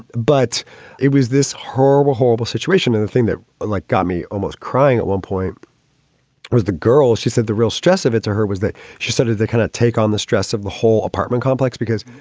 but it was this horrible, horrible situation. and the thing that like got me almost crying at one point was the girl. she said the real stress of it to her was that she said of the kind of take on the stress of the whole apartment complex, because,